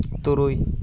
ᱛᱩᱨᱩᱭ